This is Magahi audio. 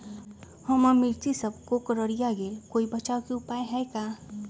हमर मिर्ची सब कोकररिया गेल कोई बचाव के उपाय है का?